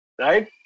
right